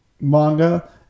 manga